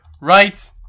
right